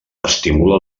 estimula